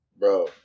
Bro